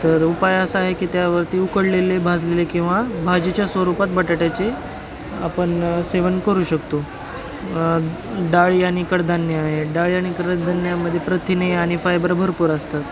तर उपाय असा आहे की त्यावरती उकडलेले भाजलेले किंवा भाजीच्या स्वरूपात बटाट्याचे आपण सेवन करू शकतो डाळी आणि कडधान्य आहे डाळी आणि कडधान्यामध्ये प्रथिने आणि फायबर भरपूर असतात